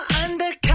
undercover